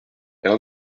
elle